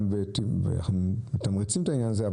גם מתמרצים את העניין הזה,